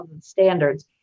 standards